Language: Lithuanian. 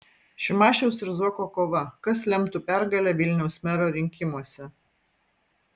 šimašiaus ir zuoko kova kas lemtų pergalę vilniaus mero rinkimuose